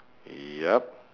yup